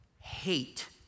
hate